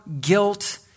guilt